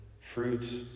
fruits